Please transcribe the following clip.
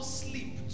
sleep